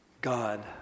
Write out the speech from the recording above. God